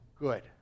Good